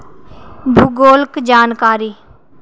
भूगोलक जानकारी